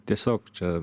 tiesiog čia